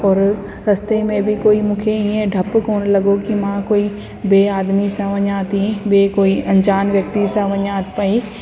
और रस्ते में बि कोई मूंखे ईअं डपु कोन लॻियो की मां कोई ॿिए आदमीअ सां वञा थी ॿिए कोई अंजान व्यक्ति सां वञा पई